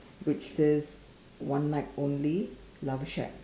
which is one night only love shack